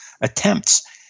attempts